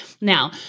Now